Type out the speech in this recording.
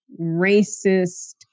racist